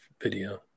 video